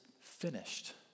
finished